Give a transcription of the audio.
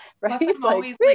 right